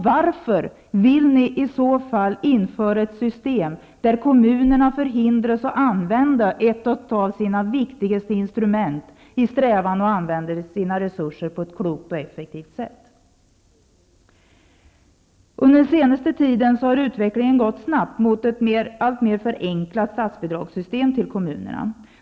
Varför vill ni i så fall införa ett system där kommunerna förhindras att använda ett av sina viktigaste instrument i strävan att använda sina resurser på ett klokt och effektivt sätt? Under den senaste tiden har utvecklingen gått snabbt mot ett alltmer förenklat statsbidragssystem till kommunerna.